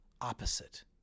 opposite